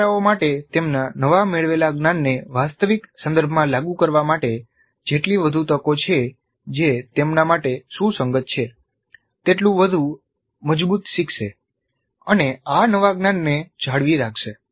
શીખનારાઓ માટે તેમના નવા મેળવેલા જ્ઞાનને વાસ્તવિક સંદર્ભમાં લાગુ કરવા માટે જેટલી વધુ તકો છે જે તેમના માટે સુસંગત છે તેટલું વધુ મજબૂત શીખશે અને આ નવા જ્ઞાનને જાળવી રાખશે